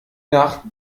nach